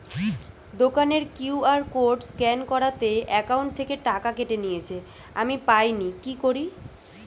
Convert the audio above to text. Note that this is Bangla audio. দোকানের কিউ.আর কোড স্ক্যান করাতে অ্যাকাউন্ট থেকে টাকা কেটে নিয়েছে, আমি পাইনি কি করি?